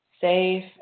safe